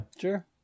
Sure